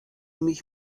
mich